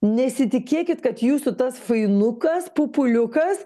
nesitikėkit kad jūsų tas fainukas pupuliukas